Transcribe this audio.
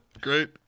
Great